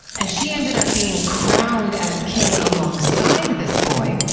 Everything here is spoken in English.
and she ended up being crowned as king alongside this boy,